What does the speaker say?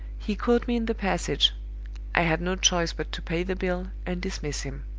he caught me in the passage i had no choice but to pay the bill, and dismiss him.